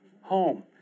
home